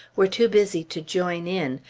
were too busy to join in,